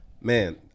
Man